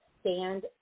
Stand